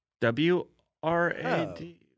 w-r-a-d